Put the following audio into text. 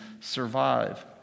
survive